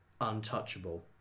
untouchable